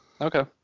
Okay